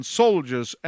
soldiers